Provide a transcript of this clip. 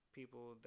people